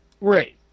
Right